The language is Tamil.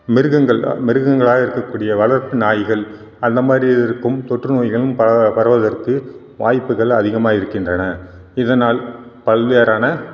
மிருகங்கள் மிருகங்களாக இருக்க கூடிய வளர்ப்பு நாய்கள் அந்த மாதிரி இருக்கும் தொற்று நோய்களும் பரவ பரவுவதற்கு வாய்ப்புகள் அதிகமாக இருக்கின்றன இதனால் பல்வேறான